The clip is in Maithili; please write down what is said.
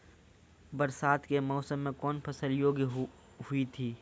बरसात के मौसम मे कौन फसल योग्य हुई थी?